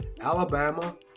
Alabama